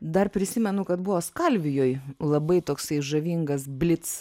dar prisimenu kad buvo skalvijoj labai toksai žavingas blic